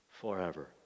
Forever